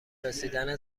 رسیدن